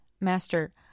Master